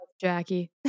Jackie